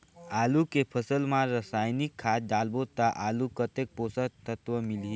आलू के फसल मा रसायनिक खाद डालबो ता आलू कतेक पोषक तत्व मिलही?